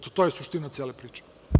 To je suština cele priče.